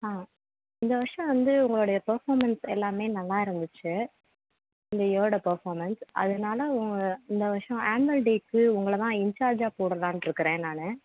ஆ இந்த வருஷம் வந்து உங்களுடைய பர்ஃபாமென்ஸ் எல்லாமே நல்லா இருந்துச்சு இந்த இயரோடய பர்ஃபாமென்ஸ் அதனால் உங்கள் இந்த வருஷம் ஆன்வல்டேக்கு உங்களை தான் இன்சார்ஜாக போடலான்ட்டிருக்குறேன் நான்